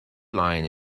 line